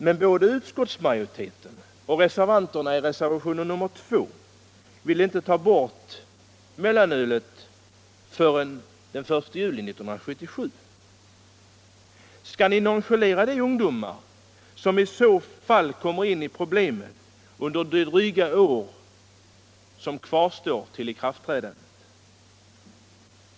Men varken utskottsma joriteten eller reservanterna i reservationen 2 vill ta bort mellanölet förrän den I juli 1977. Skall ni nonchalera de ungdomar som i så fall kommer in i problem under det dryga år som kvarstår till ikraftträdandet?